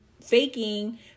faking